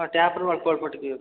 ହଁ ଟ୍ୟାପରୁ ଅଳ୍ପ ଅଳ୍ପ ଟିକେ